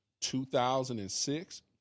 2006